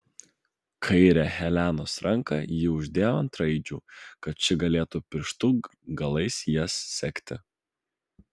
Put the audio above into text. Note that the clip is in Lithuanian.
kairę helenos ranką ji uždėjo ant raidžių kad ši galėtų pirštų galais jas sekti